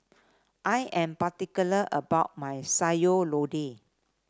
I am particular about my Sayur Lodeh